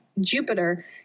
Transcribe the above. Jupiter